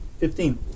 Fifteen